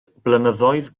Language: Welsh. blynyddoedd